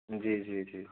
जी जी जी